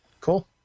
cool